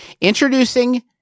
Introducing